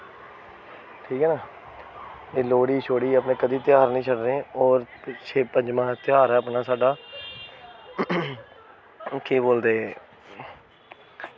ठीक ऐ न एह् लोह्ड़ी छोड़ी अपने कदें धेयार निं छड्डने होर शिव पंजमा धेयार ऐ अपना साढ़ा केह् बोलदे